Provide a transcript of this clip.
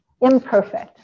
imperfect